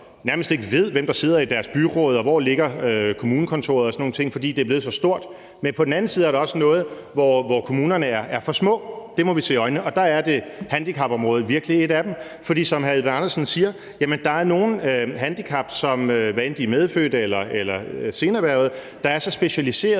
nærmest ikke ved, hvem der sidder i deres byråd, og hvor kommunekontoret og sådan nogle ting ligger, fordi det er blevet så stort. Men på den anden side er der også nogle områder, hvor kommunerne er for små, det må vi se i øjnene, og der er handicapområdet virkelig et af dem. For som hr. Kim Edberg Andersen siger, er der nogle handicap, hvad enten de er medfødte eller erhvervet senere, der er så specielle,